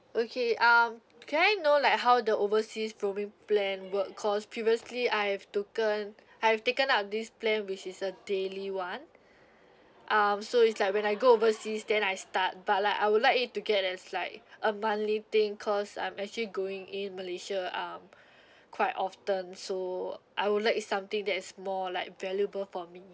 okay um can I know like how the overseas roaming plan work cause previously I have tooken I have taken up this plan which is a daily one um so it's like when I go overseas then I start but like I would like it to get that is like a monthly thing cause I'm actually going in malaysia um quite often so I would like something that is more like valuable for me